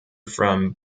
from